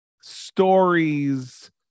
stories